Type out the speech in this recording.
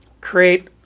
create